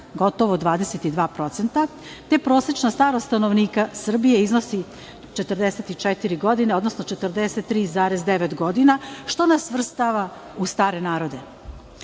gotovo 22%, te prosečna starost stanovnika Srbije iznosi 44 godine, odnosno 43,9 godina, što nas svrstava u stare narode. Proces